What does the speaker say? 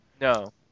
No